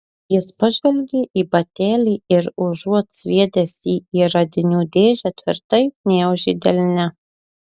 jis pažvelgė į batelį ir užuot sviedęs jį į radinių dėžę tvirtai gniaužė delne